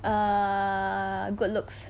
err good looks